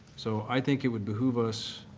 so i think it would behoove us